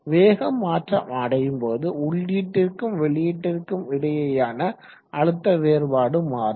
வேகம் மாற்றமடையும் போது உள்ளீட்டிற்க்கும் வெளியீட்டிற்கும் இடையேயான அழுத்த வேறுபாடு மாறும்